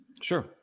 Sure